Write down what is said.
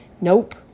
Nope